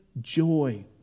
joy